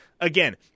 again